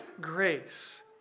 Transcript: grace